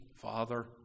Father